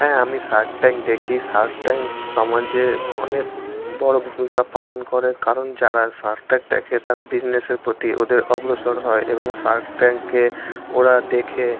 হ্যাঁ আমি Shark Tank দেখি শার্ক ট্যাঙ্ক সমাজে অনেক বড় ভূমিকা পালন করে কারণ যারা শার্ক ট্যাঙ্ক দেখে তারা বিজনেসের প্রতি ওদের অগ্রসর হয় এবং শার্ক ট্যাঙ্কে ওরা দেখে